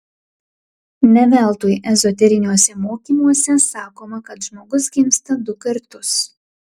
ne veltui ezoteriniuose mokymuose sakoma kad žmogus gimsta du kartus